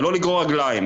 ולא לגרור רגליים.